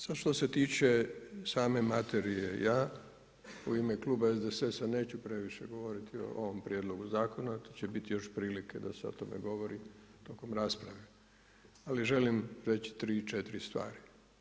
Sada što se tiče materije, ja u ime kluba SDSS-a neću previše govoriti o ovom prijedlogu zakona, tu će biti još prilike da se o tome govori tokom rasprave, ali želim reći tri, četiri stvari.